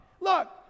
look